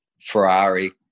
Ferrari